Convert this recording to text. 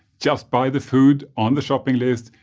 just buy the food on the shopping list,